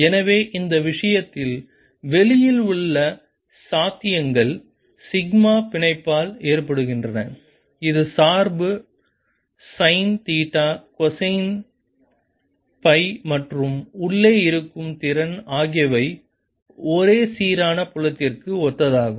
எனவே இந்த விஷயத்தில் வெளியில் உள்ள சாத்தியங்கள் சிக்மா பிணைப்பால் ஏற்படுகின்றன இது சார்பு சைன் தீட்டா கொசைன் சை மற்றும் உள்ளே இருக்கும் திறன் ஆகியவை ஒரு சீரான புலத்திற்கு ஒத்ததாகும்